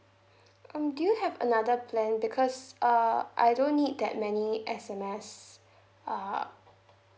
um do you have another plan because uh I don't need that many S_M_S uh